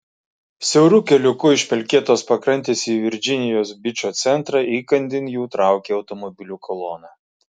siauru keliuku iš pelkėtos pakrantės į virdžinijos bičo centrą įkandin jų traukė automobilių kolona